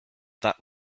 that